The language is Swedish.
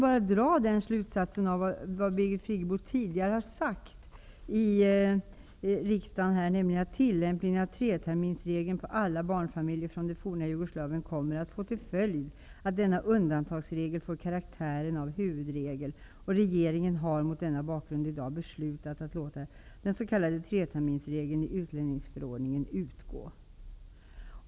Tidigare har Birgit Friggebo i riksdagen sagt att tillämpningen av treterminersregeln på alla barnfamiljer från det forna Jugoslavien kommer att få till följd att denna undantagsregel får karaktären av huvudregel samt att regeringen mot bakgrund av detta har beslutat att låta treterminersregeln i utlänningsförordningen utgå.